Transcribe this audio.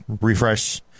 refresh